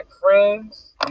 friends